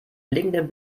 blinkenden